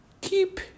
Keep